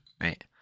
Right